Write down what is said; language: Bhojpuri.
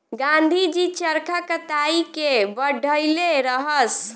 गाँधी जी चरखा कताई के बढ़इले रहस